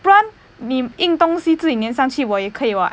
不然你印东西自己粘上去我也可以 [what]